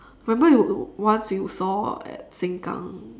remember you once you saw at sengkang